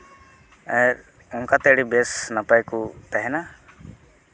ᱚᱱᱠᱟᱛᱮ ᱵᱮᱥ ᱱᱟᱯᱟᱭ ᱠᱚ ᱛᱟᱦᱮᱱᱟ